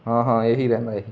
ਹਾਂ ਹਾਂ ਇਹੀ ਰਹਿੰਦਾ ਇੱਕ